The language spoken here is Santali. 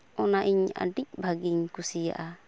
ᱚᱱᱟ ᱤᱧ ᱟᱹᱰᱤ ᱵᱷᱟᱹᱜᱤᱧ ᱠᱩᱥ ᱤᱭᱟᱜᱼᱟ